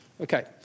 Okay